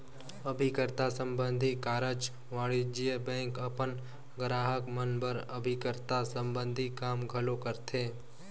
अभिकर्ता संबंधी कारज वाणिज्य बेंक अपन गराहक मन बर अभिकर्ता संबंधी काम घलो करथे